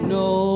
no